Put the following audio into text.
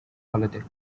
politics